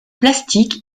plastique